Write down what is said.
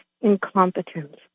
incompetence